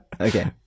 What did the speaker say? Okay